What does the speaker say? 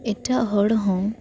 ᱮᱴᱟᱜ ᱦᱚᱲ ᱦᱚᱸ